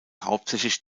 hauptsächlich